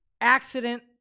accident